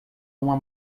uma